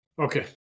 Okay